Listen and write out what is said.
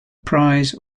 prize